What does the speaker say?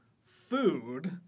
food